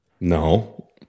No